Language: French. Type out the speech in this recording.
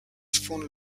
fonde